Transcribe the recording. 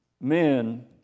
men